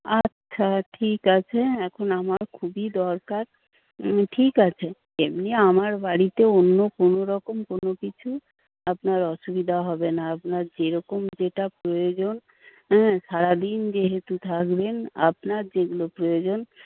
আচ্ছা ঠিক আছে এখন আমার খুবই দরকার ঠিক আছে এমনি আমার বাড়িতে অন্য কোনোরকম কোনো কিছু আপনার অসুবিধা হবে না আপনার যেরকম যেটা প্রয়োজন হ্যাঁ সারাদিন যেহেতু থাকবেন আপনার যেগুলো প্রয়োজন